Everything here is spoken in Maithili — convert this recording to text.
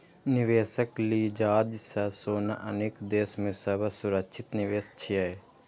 निवेशक लिजाज सं सोना अनेक देश मे सबसं सुरक्षित निवेश छियै